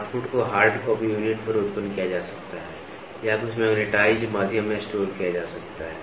output को hard copy unit पर उत्पन्न किया जा सकता है या कुछ मैग्नेटाइज्ड माध्यम में स्टोर किया जा सकता है